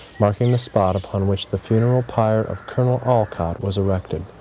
marking the spot upon which the funeral pyre of col. olcott was erected.